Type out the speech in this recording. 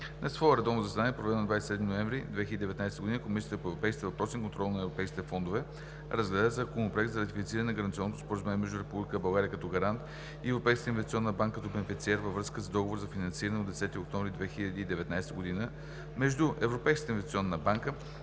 На свое редовно заседание, проведено на 27 ноември 2019 г., Комисията по европейските въпроси и контрол на европейските фондове разгледа Законопроект за ратифициране на Гаранционното споразумение между Република България, като Гарант, и Европейската инвестиционна банка, като Бенефициер, във връзка с Договор за финансиране от 10 октомври 2019 г. между Европейската инвестиционна банка